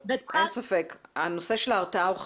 אין ספק, הנושא של ההרתעה הוא חשוב,